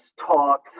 talk